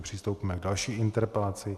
Přistoupíme k další interpelaci.